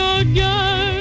again